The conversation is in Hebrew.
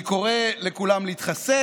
אני קורא לכולם להתחסן.